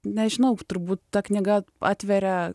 nežinau turbūt ta knyga atveria